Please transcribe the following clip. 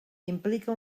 implica